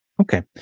Okay